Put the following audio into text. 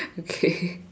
okay